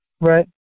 Right